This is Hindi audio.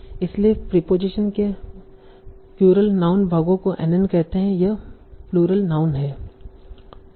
इसलिए प्रीपोजीशन के प्लूरल नाउन भागों को NN कहते हैं यह प्लूरल नाउन है